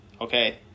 okay